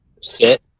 sit